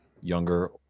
younger